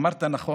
אמרת נכון: